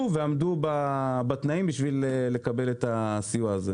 ועמדו בתנאים בשביל לקבל את הסיוע הזה.